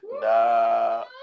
nah